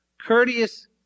Courteous